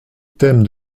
thème